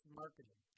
marketing